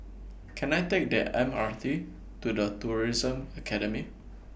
Can I Take The M R T to The Tourism Academy